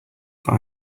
but